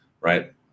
Right